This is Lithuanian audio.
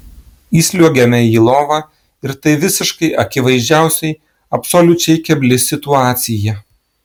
įsliuogiame į lovą ir tai visiškai akivaizdžiausiai absoliučiai kebli situacija